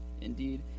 Indeed